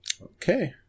Okay